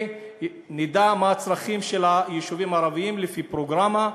נדע מה הצרכים של היישובים הערביים לפי פרוגרמה.